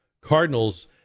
Cardinals